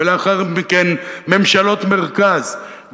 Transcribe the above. ולאחר מכן ממשלות מרכז,